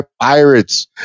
pirates